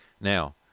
now